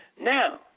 Now